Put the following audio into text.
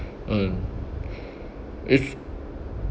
mm it's